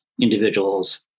individuals